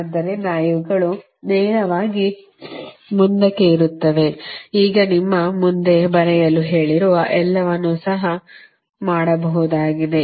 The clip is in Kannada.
ಆದ್ದರಿಂದ ಇವುಗಳು ನೇರವಾಗಿ ಮುಂದಕ್ಕೆ ಇರುತ್ತವೆ ಈಗ ನಿಮ್ಮ ಮುಂದೆ ಬರೆಯಲು ಹೇಳಿರುವ ಎಲ್ಲವನ್ನೂ ಸಹ ಮಾಡಬಹುದಾಗಿದೆ